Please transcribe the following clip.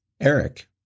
Eric